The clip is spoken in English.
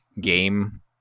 game